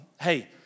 Hey